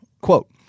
Quote